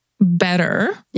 better